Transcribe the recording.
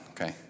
okay